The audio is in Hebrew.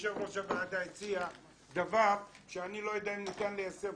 יושב-ראש הוועדה הציע דבר שאני לא יודע אם ניתן ליישם,